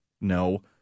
no